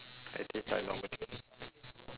does it taste like normal tuna